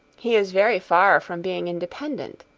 he is very far from being independent.